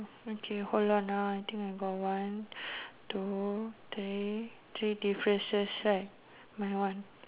okay hold on ah I think I got one two three three differences right my one